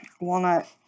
Walnut